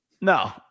No